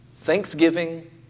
thanksgiving